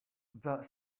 that